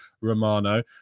Romano